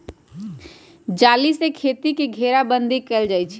जाली से खेती के घेराबन्दी कएल जाइ छइ